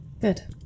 Good